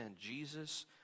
Jesus